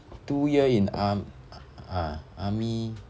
two year in ah army